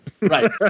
Right